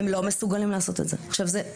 הם לא מסוגלים לעשות את זה.